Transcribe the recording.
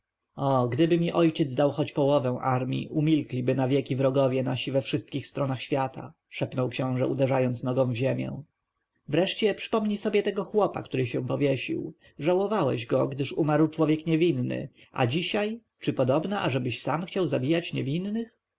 gdyby mi ojciec dał choć połowę armji umilkliby na wieki wrogowie nasi we wszystkich stronach świata szepnął książę uderzając nogą w ziemię wreszcie przypomnij sobie tego chłopa który się powiesił żałowałeś go gdyż umarł człowiek niewinny a dzisiaj czy podobna ażebyś sam chciał zabijać niewinnych